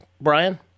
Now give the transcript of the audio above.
Brian